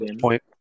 point